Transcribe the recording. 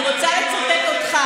אני רוצה לצטט אותך.